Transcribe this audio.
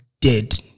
dead